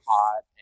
hot